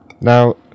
Now